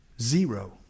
zero